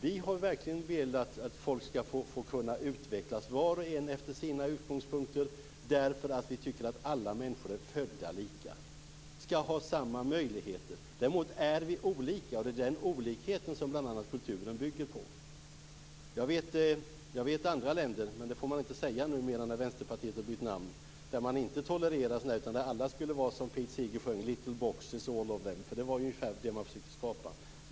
Vi har verkligen velat att folk skall få utvecklas, var och en efter sina utgångspunkter, därför att vi tycker att alla människor är födda lika och skall ha samma möjligheter. Däremot är vi olika och det är den olikheten som bl.a. kulturen bygger på. Jag vet andra länder - men det får man inte säga numera när Vänsterpartiet har bytt namn - där man inte har tolererat det, utan där alla skulle vara som Pete Seeger sjöng: little boxes all of them. Det var ungefär det man försökte skapa.